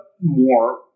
more